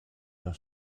der